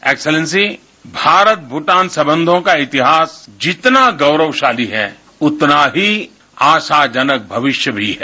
Excellency Bharat Bhutan संबंधो का इतिहास जितना गौरवशाली है उतना ही आशाजनक भविष्य भी है